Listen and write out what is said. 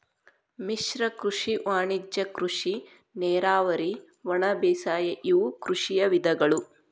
ಮಿಶ್ರ ಕೃಷಿ ವಾಣಿಜ್ಯ ಕೃಷಿ ನೇರಾವರಿ ಒಣಬೇಸಾಯ ಇವು ಕೃಷಿಯ ವಿಧಗಳು